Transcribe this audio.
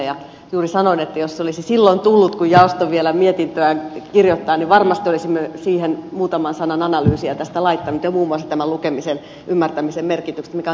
juuri sanoin että jos se olisi silloin tullut kun jaosto vielä mietintöään kirjoitti niin varmasti olisimme siihen muutaman sanan analyysia tästä laittaneet ja muun muassa tästä lukemisen ymmärtämisen merkityksestä mikä on tärkeä asia